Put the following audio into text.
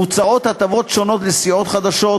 מוצעות הטבות שונות לסיעות חדשות,